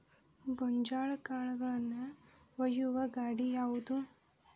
ಗೋಂಜಾಳ ಕಾಳುಗಳನ್ನು ಒಯ್ಯುವ ಗಾಡಿ ಯಾವದು?